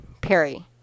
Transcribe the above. Perry